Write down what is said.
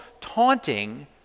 taunting